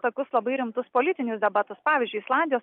tokius labai rimtus politinius debatus pavyzdžiui islandijos